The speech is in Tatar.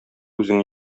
үзең